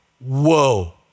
whoa